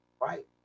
Right